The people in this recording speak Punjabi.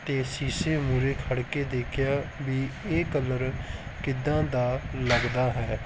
ਅਤੇ ਸ਼ੀਸ਼ੇ ਮੂਹਰੇ ਖੜ੍ਹ ਕੇ ਦੇਖਿਆ ਵੀ ਇਹ ਕਲਰ ਕਿੱਦਾਂ ਦਾ ਲੱਗਦਾ ਹੈ